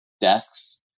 desks